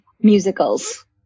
musicals